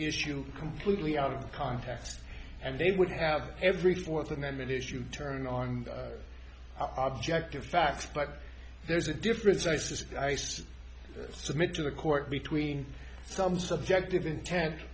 issue completely out of context and they would have every fourth amendment is you turn on object of facts but there's a difference isis submit to the court between some subjective intent